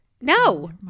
no